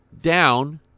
down